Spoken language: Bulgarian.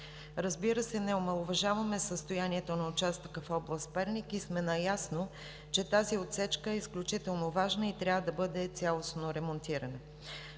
Разбира се, не омаловажаваме състоянието на участъка в област Перник и сме наясно, че тази отсечка е изключително важна и трябва да бъде цялостно ремонтирана.